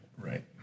right